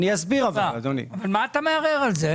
אבל למה אתה מערער על זה?